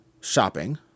shopping